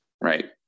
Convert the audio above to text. Right